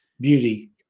beauty